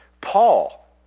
Paul